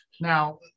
Now